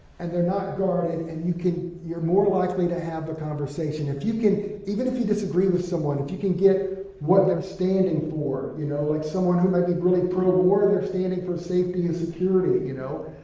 and they're not guarded, and you can you're more likely to have a conversation. if you can even if you disagree with someone, if you can get what they're standing for, you know, like someone who might be really pro-war, they're standing for safety and security, you know.